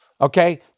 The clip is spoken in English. okay